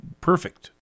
perfect